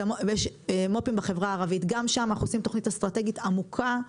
יש מו"פים בחברה הערבית וגם שם אנחנו עושים תוכנית אסטרטגית עמוקה.